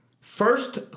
First